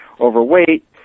overweight